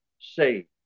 saved